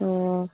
ꯑꯣ